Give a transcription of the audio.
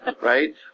right